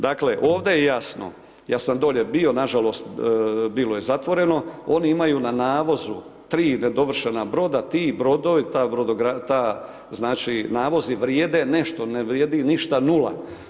Dakle ovdje je jasno, ja sam dolje bio nažalost bilo je zatvoreno, oni imaju na navozu tri nedovršena broda, ti brodovi, ta, znači navozi vrijede nešto, ne vrijedi ništa nula.